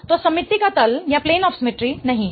तो सममिति का तल नहीं है